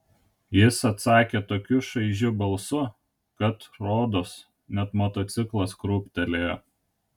jis atsakė tokiu šaižiu balsu kad rodos net motociklas krūptelėjo